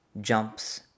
jumps